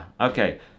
okay